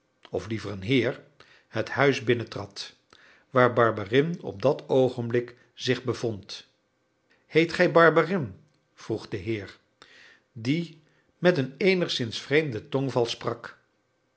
of liever een heer het huis binnentrad waar barberin op dat oogenblik zich bevond heet gij barberin vroeg de heer die met een eenigszins vreemden tongval sprak